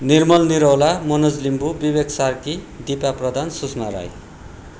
Nirmal Niraula Manoj Limbu Vivek Sarki Dipa Pradhan Sushma Rai